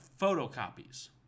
photocopies